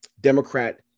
democrat